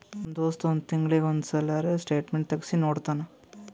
ನಮ್ ದೋಸ್ತ್ ಒಂದ್ ತಿಂಗಳೀಗಿ ಒಂದ್ ಸಲರೇ ಸ್ಟೇಟ್ಮೆಂಟ್ ತೆಗ್ಸಿ ನೋಡ್ತಾನ್